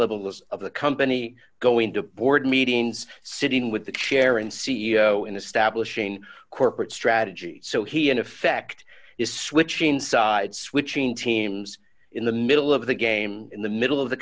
levels of the company going to board meetings sitting with the chair and c e o in establishing corporate strategy so he in effect is switching sides switching teams in the middle of the game in the middle of the